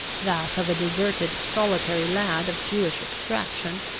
that of a deserted, solitary lad, of jewish extraction,